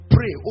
Pray